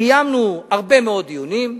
קיימנו הרבה מאוד דיונים.